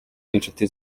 n’inshuti